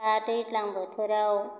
दा दैज्लां बोथोराव